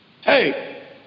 Hey